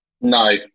No